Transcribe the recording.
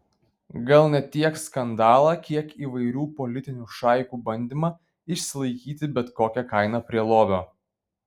gal ne tiek skandalą kiek įvairių politinių šaikų bandymą išsilaikyti bet kokia kaina prie lovio